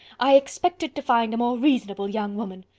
i expected to find a more reasonable young woman.